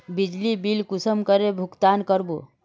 बिजली बिल कुंसम करे भुगतान कर बो?